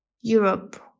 Europe